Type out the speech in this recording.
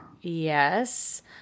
Yes